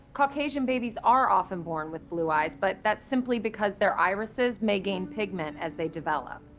caucasian babies are often born with blue eyes, but that's simply because their irises may gain pigment as they develop.